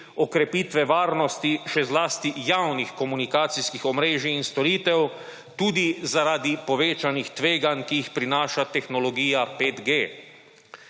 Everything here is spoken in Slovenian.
okrepitve varnosti še zlasti javnih komunikacijskih omrežij in storitev, tudi zaradi povečanih tveganj, ki jih prinaša tehnologija 5G.